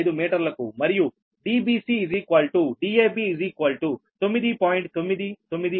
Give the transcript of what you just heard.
995 మీటర్లకు మరియు dbc dab 9